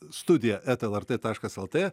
studija eta lrt taškas lt